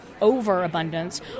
overabundance